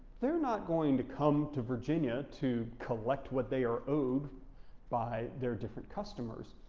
they're not going to come to virginia to collect what they are owed by their different customers.